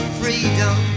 freedom